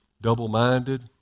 double-minded